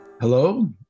Hello